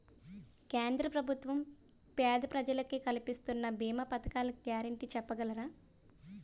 కేంద్ర ప్రభుత్వం పేద ప్రజలకై కలిపిస్తున్న భీమా పథకాల గ్యారంటీ చెప్పగలరా?